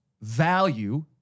value